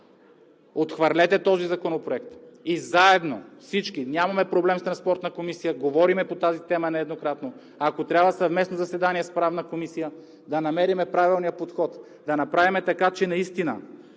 отхвърлете този законопроект и заедно, всички – в Транспортната комисия нямаме проблем, говорим по тази тема нееднократно, ако трябва съвместно заседание с Правната комисия, да намерим правилния подход, да направим така, че наистина